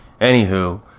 Anywho